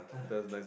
!aiya!